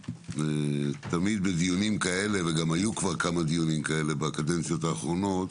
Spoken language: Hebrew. תמיד בדיונים כאלה וכבר היו כמה כאלה בקדנציות האחרונות